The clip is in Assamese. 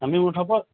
আমি উঠাব